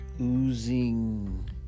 oozing